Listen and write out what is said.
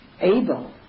able